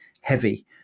heavy